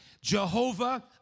Jehovah